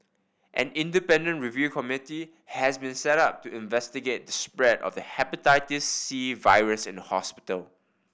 an independent review committee has been set up to investigate the spread of the Hepatitis C virus in the hospital